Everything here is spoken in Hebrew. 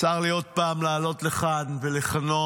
צר לי עוד פעם לעלות לכאן ולכנות